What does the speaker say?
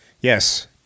yes